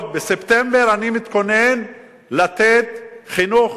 בספטמבר אני מתכונן לתת חינוך